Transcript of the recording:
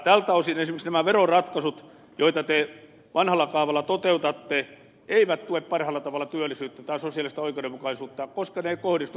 tältä osin esimerkiksi nämä veroratkaisut joita te vanhalla kaavalla toteutatte eivät tue parhaalla tavalla työllisyyttä tai sosiaalista oikeudenmukaisuutta koska ne eivät kohdistu pienituloisiin